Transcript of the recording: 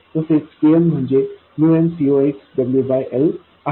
तसेच kn म्हणजे μ CoxwL आहे